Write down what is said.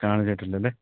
കാണിച്ചിട്ടില്ലല്ലേ